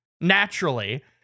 naturally